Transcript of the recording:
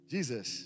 Jesus